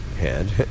hand